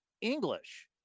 English